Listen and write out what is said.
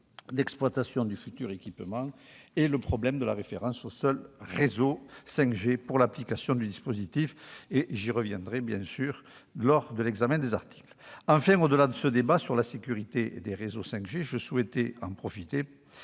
d'exploitation du futur équipement et le problème de la référence aux seuls réseaux 5G pour l'application du dispositif. Mais j'y reviendrai bien sûr lors de l'examen des articles. Enfin, au-delà de ce débat sur la sécurité des réseaux 5G, je profite